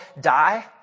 die